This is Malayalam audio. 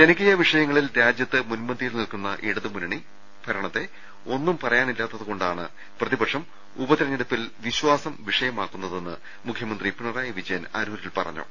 ജനകീയ വിഷയങ്ങളിൽ രാജ്യത്ത് മുൻപന്തിയിൽ നിൽക്കുന്ന ഇടതുമുന്നണി ഭരണത്തെ ഒന്നും പറയാനില്ലാത്തതുകൊണ്ടാണ് പ്രതിപക്ഷം ഉപതെരഞ്ഞെടുപ്പിൽ വിശ്വാസം വിഷയമാക്കുന്നതെന്ന് മുഖ്യമന്ത്രി പിണ റായി വിജയൻ അരൂരിൽ പറഞ്ഞു